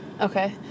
Okay